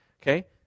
okay